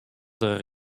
der